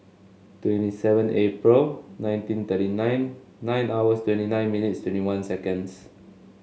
twenty seven April nineteen thirty nine nine hours twenty nine minutes twenty one seconds